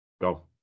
Go